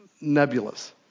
nebulous